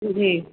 جی